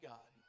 God